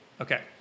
Okay